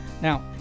Now